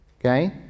okay